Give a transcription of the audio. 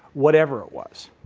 whatever it was.